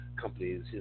companies